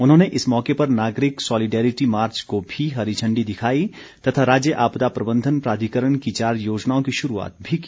उन्होंने इस मौके पर नागरिक सौलिडेरिटी मार्च को भी हरी झण्डी दिखाई तथा राज्य आपदा प्रबंधन प्राधिकरण की चार योजनाओं की शुरूआत भी की